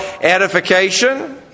edification